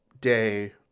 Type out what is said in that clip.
Day